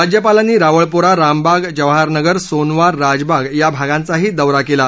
राज्यपालांनी रावळपोरा रामबाग जवाहरनगर सोनवार राजबाग या भागांचाही दौरा केला